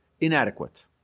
inadequate